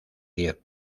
diez